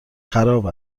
خراب